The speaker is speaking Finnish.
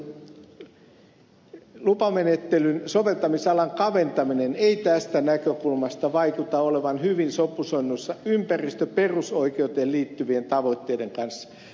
ehdotettu lupamenettelyn soveltamisalan kaventaminen ei tästä näkökulmasta vaikuta olevan hyvin sopusoinnussa ympäristöperusoikeuteen liittyvien tavoitteiden kanssa